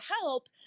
help